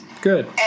Good